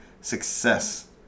success